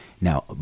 Now